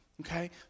okay